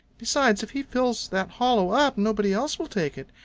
besides, if he fills that hollow up nobody else will take it,